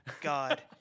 God